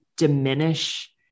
diminish